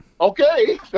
okay